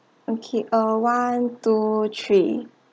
okay uh one two three